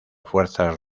fuerzas